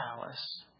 palace